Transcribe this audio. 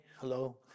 Hello